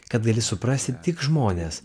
kad gali suprasti tik žmones